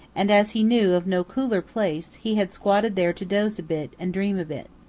and as he knew of no cooler place he had squatted there to doze a bit and dream a bit.